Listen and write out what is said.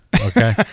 Okay